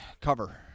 Cover